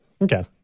Okay